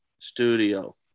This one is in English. studio